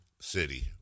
city